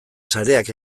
sareak